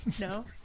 no